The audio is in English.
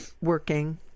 working